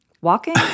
walking